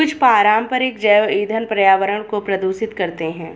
कुछ पारंपरिक जैव ईंधन पर्यावरण को प्रदूषित करते हैं